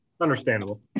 understandable